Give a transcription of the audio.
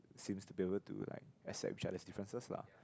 seems to be able to like accept each other's differences lah